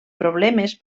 problemes